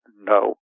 no